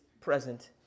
present